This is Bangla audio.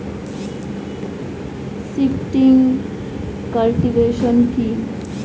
শিফটিং কাল্টিভেশন কি?